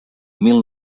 mil